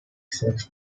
sex